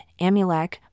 Amulek